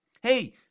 Hey